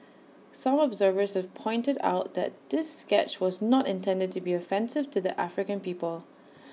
some observers have pointed out that this sketch was not intended to be offensive to the African people